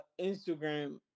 Instagram